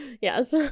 Yes